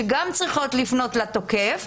שהן גם צריכות לפנות לתוקף,